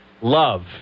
love